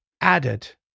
added